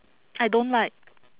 I don't like